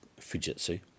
fujitsu